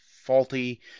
faulty